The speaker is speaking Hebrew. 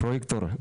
פרויקטור.